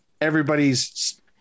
everybody's